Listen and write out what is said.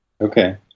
Okay